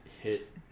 hit